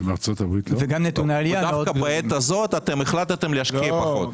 ודווקא בעת הזו החלטתם להשקיע פחות.